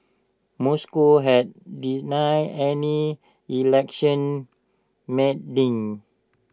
Moscow has denied any election meddling